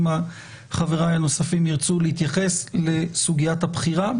אם חבריי הנוספים ירצו להתייחס לסוגיית הבחירה,